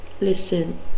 Listen